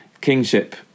kingship